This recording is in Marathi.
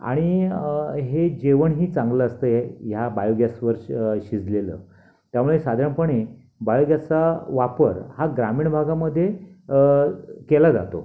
आणि हे जेवणही चांगलं असतं हे ह्या बायोगॅसवर शिजलेलं त्यामुळे साधारणपणे बायोगॅसचा वापर हा ग्रामीण भागामधे केला जातो